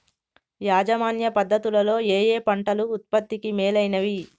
యాజమాన్య పద్ధతు లలో ఏయే పంటలు ఉత్పత్తికి మేలైనవి?